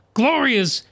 glorious